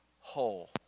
whole